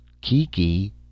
Kiki